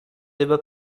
débat